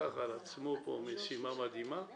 לקח על עצמו פה משימה מדהימה,